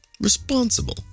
Responsible